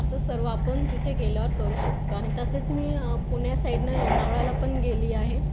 असं सर्व आपण तिथे गेल्यावर करू शकतो आणि तसेच मी पुण्यासाइडनं लोणावळ्याला पण गेली आहे